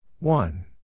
One